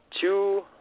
Two